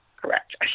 correct